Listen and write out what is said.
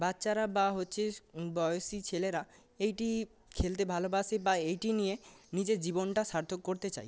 বাচ্চারা বা হচ্ছে বয়সী ছেলেরা এটি খেলতে ভালোবাসে বা এটি নিয়ে নিজের জীবনটা সার্থক করতে চায়